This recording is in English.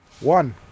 one